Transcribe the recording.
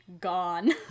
gone